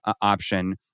option